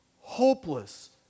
Hopeless